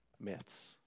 myths